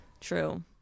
true